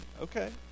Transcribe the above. okay